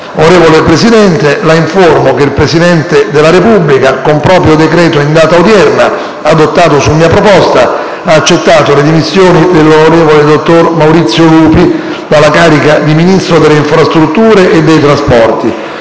Onorevole Presidente, La informo che il Presidente della Repubblica, con proprio decreto in data odierna, adottato su mia proposta, ha accettato le dimissioni rassegnate dall'on. dott. Maurizio LUPI dalla carica di Ministro delle infrastrutture e dei trasporti.